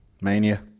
Mania